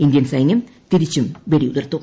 Indian സൈന്യം തിരിച്ചും വെടിയുതിർത്തു